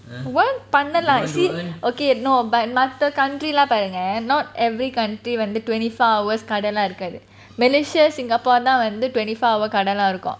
well பண்ணலாம்:pannalam see okay no but மத்த:matha country lah பாருங்க:paarunga not every country வந்து:vanthu twenty four hours கடைலாம் இருக்காது:kadailam irukathu malaysia singapore now தான் வந்து:thaan vanthu twenty four hours கடைலாம் இருக்காது:kadailam irukathu